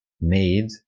made